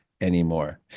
anymore